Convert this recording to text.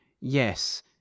yes